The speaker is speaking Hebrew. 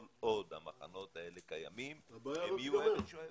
כל עוד המחנות האלה קיימים, הם יהיו אבן שואבת.